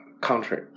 country